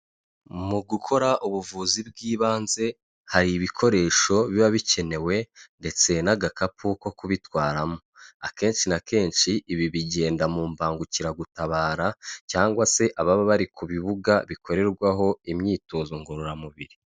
Mu gukora ubuvuzi bw'ibanze, hari ibikoresho biba bikenewe ndetse, n'agakapu ko kubitwaramo, akenshi na kenshi ibi bigenda mu mbangukiragutabara, cyangwa se ababa bari ku bibuga bikorerwaho imyitozo ngororamubiri.